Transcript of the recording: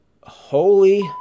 Holy